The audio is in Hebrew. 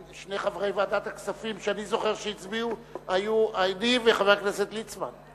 ושני חברי ועדת הכספים שאני זוכר שהצביעו היו אני וחבר הכנסת ליצמן,